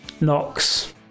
Knox